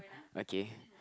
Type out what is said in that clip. okay